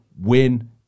win